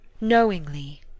knowingly